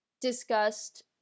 discussed